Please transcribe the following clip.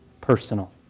personal